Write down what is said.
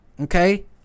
Okay